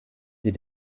sie